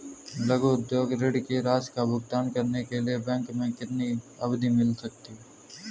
लघु उद्योग ऋण की राशि का भुगतान करने के लिए बैंक से कितनी अवधि मिल सकती है?